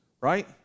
right